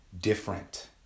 different